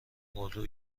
اردو